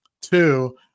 two